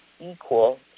equal